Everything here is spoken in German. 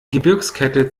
gebirgskette